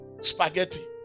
spaghetti